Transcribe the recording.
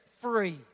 free